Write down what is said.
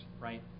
right